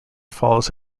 follows